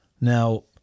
Now